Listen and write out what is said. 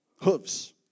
hooves